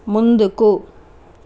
ముందుకు